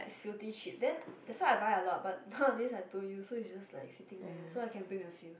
filthy cheap then that's why I buy a lot but nowadays I don't use so it's just like sitting there so I can bring a few